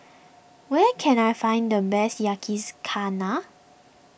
where can I find the best Yakizakana